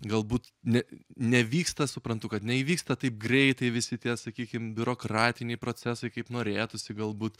galbūt ne nevyksta suprantu kad neįvyksta taip greitai visi tie sakykim biurokratiniai procesai kaip norėtųsi galbūt